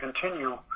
continue